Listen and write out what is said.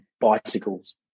bicycles